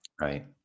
Right